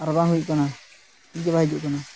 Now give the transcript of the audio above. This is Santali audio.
ᱟᱨ ᱵᱟᱝ ᱦᱩᱭᱩᱜ ᱠᱟᱱᱟ ᱦᱮᱡ ᱜᱮ ᱵᱟᱭ ᱦᱤᱡᱩᱜ ᱠᱟᱱᱟ